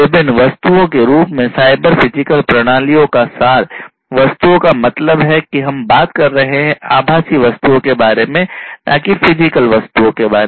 विभिन्न वस्तुओं के रूप में साइबर फिजिकल प्रणालियों का सार वस्तुओं का मतलब है कि हम बात कर रहे हैं आभासी वस्तुओं के बारे में ना की फिजिकल वस्तुओं के बारे में